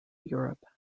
europe